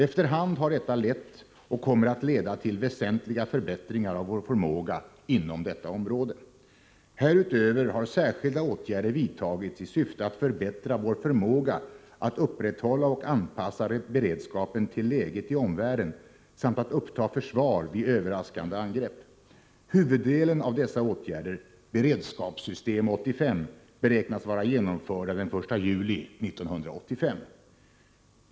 Efter hand har detta lett och kommer att leda till väsentliga förbättringar av vår förmåga inom detta område. Härutöver har särskilda åtgärder vidtagits i syfte att förbättra vår förmåga att upprätthålla och anpassa beredskapen till läget i omvärlden samt att uppta försvar vid överraskande angrepp. Huvuddelen av dessa åtgärder — Beredskapssystem 85 — beräknas vara genomförda den 1 juli 1985.